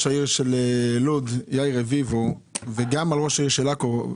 העיר של לוד יאיר רביבו וראש עיריית עכו.